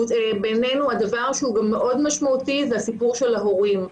בעינינו הדבר שהוא גם מאוד משמעותי זה הסיפור של ההורים.